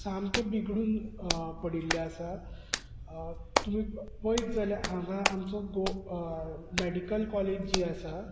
सामकें बिगडून पडिल्लें आसा तुमी पळयत जाल्यार हांगा आमचो मॅडिकल कॉलेज जी आसा